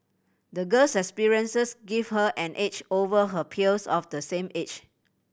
the girl's experiences gave her an edge over her peers of the same age